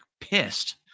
pissed